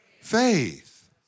faith